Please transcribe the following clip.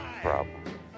problem